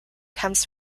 comes